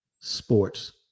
Sports